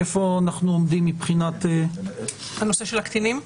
איפה אנחנו עומדים מבחינת --- הנושא של הקטינים?